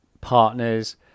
partners